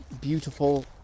Beautiful